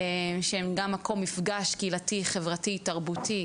שהן גם מקום מפגש קהילתי, חברתי, תרבותי,